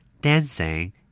dancing